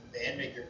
bandmaker